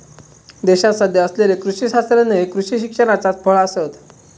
देशात सध्या असलेले कृषी शास्त्रज्ञ हे कृषी शिक्षणाचाच फळ आसत